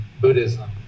Buddhism